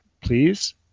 please